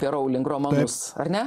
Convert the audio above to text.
apie rouling romanus ar ne